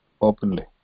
openly